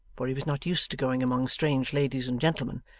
for he was not used to going among strange ladies and gentlemen,